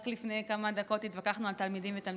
רק לפני כמה דקות התווכחנו על תלמידים ותלמידות,